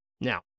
now